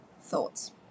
thoughts